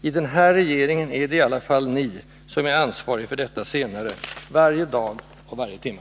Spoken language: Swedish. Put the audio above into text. I den här regeringen är det i alla fall ni som är ansvarig för det senare, varje dag och varje timma.